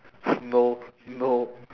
no no